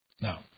Now